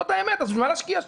זאת האמת, אז למה להשקיע שם?